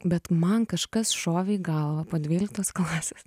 bet man kažkas šovė į galvą po dvyliktos klasės